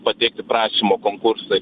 pateikti prašymo konkursui